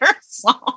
song